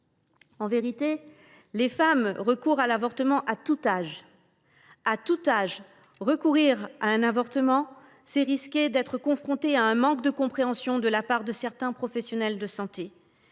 En vérité, les femmes recourent à l’avortement à tout âge. Et à tout âge, recourir à un avortement, c’est risquer d’être confronté à un manque de compréhension de la part de certains professionnels de santé,